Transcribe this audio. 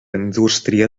indústria